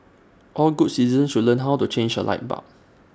all good citizens should learn how to change A light bulb